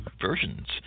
versions